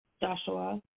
Joshua